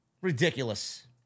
Ridiculous